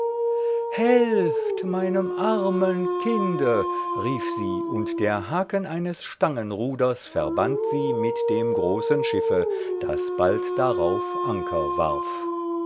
helft meinem armen kinde rief sie und der haken eines stangenruders verband sie mit dem großen schiffe das bald darauf anker warf